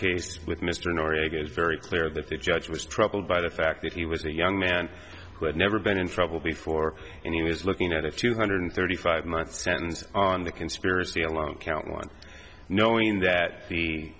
case with mr noriega is very clear that the judge was troubled by the fact that he was a young man who had never been in trouble before and he was looking at a two hundred thirty five month and on the conspiracy a long count one knowing that the